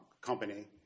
company